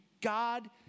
God